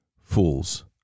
fools